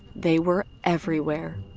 they were everywhere.